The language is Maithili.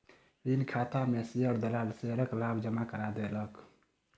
ऋण खाता में शेयर दलाल शेयरक लाभ जमा करा देलक